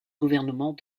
gouvernement